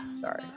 Sorry